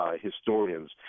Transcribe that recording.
historians